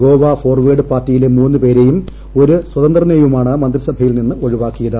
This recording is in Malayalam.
ഗോവ ഫോർവേഡ് പാർട്ടിയിലെ മൂന്ന്പേരെയും ഒരു സ്വതന്ത്രനെയുമാണ് മന്ത്രിസഭയിൽ നിന്ന് ഒഴിവാക്കുന്നത്